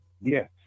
Yes